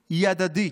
הדדית: